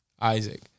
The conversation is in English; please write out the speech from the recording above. Isaac